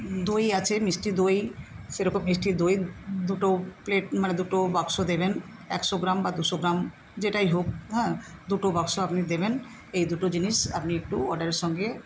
দই আছে মিষ্টি দই সেরকম মিষ্টি দই দুটো প্লেট মানে দুটো বাক্স দেবেন একশো গ্রাম বা দুশো গ্রাম যেটাই হোক হ্যাঁ দুটো বাক্স আপনি দেবেন এই দুটো জিনিস আপনি একটু অর্ডারের সঙ্গে